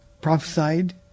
prophesied